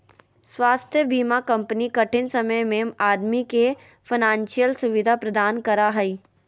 स्वास्थ्य बीमा कंपनी कठिन समय में आदमी के फाइनेंशियल सुविधा प्रदान करा हइ